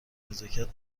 نزاکت